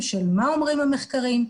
של מה אומרים המחקרים,